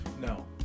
No